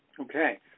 Okay